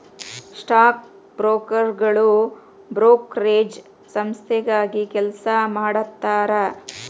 stock ಬ್ರೋಕರ್ಗಳು brokerage ಸಂಸ್ಥೆಗಾಗಿ ಕೆಲಸ ಮಾಡತಾರಾ